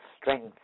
strength